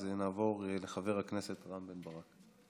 אז נעבור לחבר הכנסת רם בן ברק.